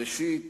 ראשית,